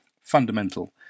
fundamental